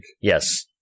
yes